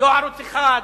לא ערוץ-1,